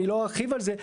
אני לא ארחיב על זה,